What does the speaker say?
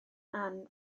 ann